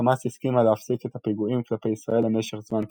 חמאס הסכימה להפסיק את הפיגועים כלפי ישראל למשך זמן קצוב,